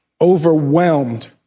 overwhelmed